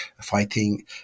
fighting